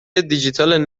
دیجیتال